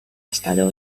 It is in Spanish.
estado